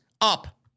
up